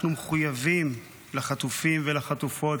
אנחנו מחויבים לחטופים ולחטופות,